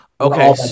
Okay